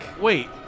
Wait